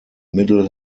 middle